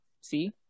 See